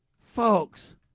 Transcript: Folks